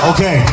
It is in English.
Okay